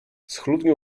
schludnie